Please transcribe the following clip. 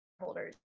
holders